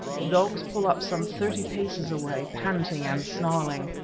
the dogs pull up some thirty paces away, panting and snarling.